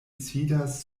sidas